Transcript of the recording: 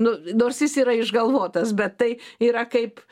nu nors jis yra išgalvotas bet tai yra kaip